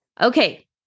Okay